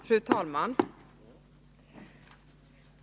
Fru talman!